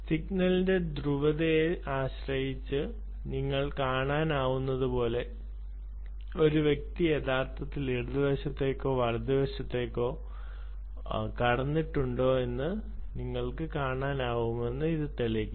സിഗ്നലിന്റെ ധ്രുവതയെ ആശ്രയിച്ച് നിങ്ങൾക്ക് കാണാനാകുന്നതുപോലെ ഒരു വ്യക്തി യഥാർത്ഥത്തിൽ ഇടത് വശത്ത് നിന്ന് വലതുവശത്തേക്കോ വലതുവശത്ത് നിന്ന് ഇടതുവശത്തേക്കോ കടന്നിട്ടുണ്ടോ എന്ന് കാണാനാകുമെന്ന് ഇത് തെളിയിക്കും